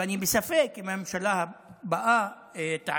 ואני בספק אם הממשלה הבאה תעשה.